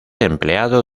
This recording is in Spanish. empleado